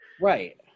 Right